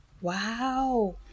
Wow